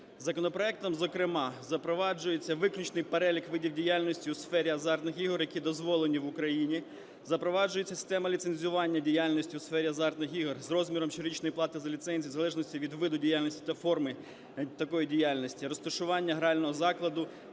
Законопроектом зокрема запроваджується виключний перелік видів діяльності у сфері азартних ігор, які дозволені в Україні, запроваджується система ліцензування діяльності у сфері азартних ігор з розміром щорічної плати за ліцензію в залежності від виду діяльності та форми такої діяльності, розташування грального закладу,